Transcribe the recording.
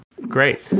Great